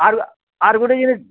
ଆରୁ ଆର୍ ଗୁଟେ ଜିନିଷ୍